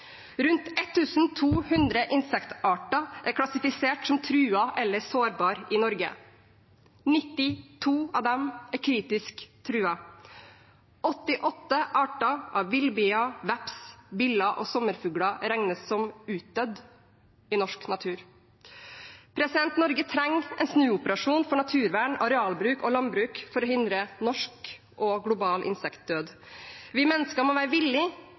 Rundt 1 200 insektarter er klassifisert som truede eller sårbare i Norge. 92 av dem er kritisk truet. 88 arter av villbier, veps, biller og sommerfugler regnes som utdødd i norsk natur. Norge trenger en snuoperasjon for naturvern, arealbruk og landbruk for å hindre norsk og global insektdød. Vi mennesker må være